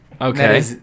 Okay